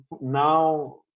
now